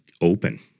open